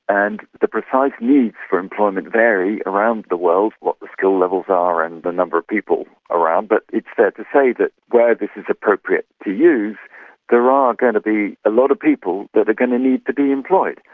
and the precise needs for employment vary around the world, what the skill levels are and the number of people around, but it's fair to say that where this is appropriate to use there ah are going to be a lot of people that are going to need to be employed.